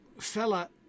fella